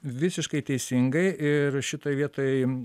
visiškai teisingai ir šitoj vietoj